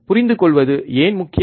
புரிந்து கொள்வது ஏன் முக்கியம்